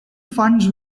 funds